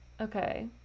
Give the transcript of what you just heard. okay